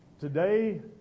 today